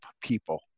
people